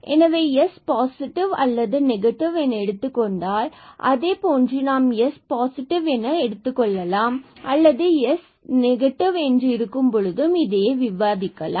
எனவே s positive அல்லது negative என எடுத்துக்கொண்டால் அதேபோன்று நாம் s பாசிட்டிவ் என எடுத்துக்கொள்ளலாம் s நெகட்டிவ் என்று இருக்கும் பொழுதும் விவாதிக்கலாம்